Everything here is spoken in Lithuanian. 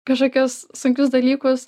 kažkokius sunkius dalykus